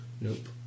Nope